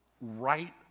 right